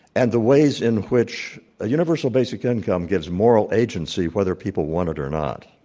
and the ways in which a universal basic income gives moral agency, whether people want it or not.